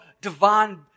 divine